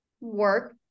work